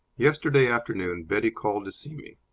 yesterday afternoon betty called to see me.